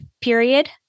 period